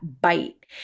bite